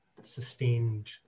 sustained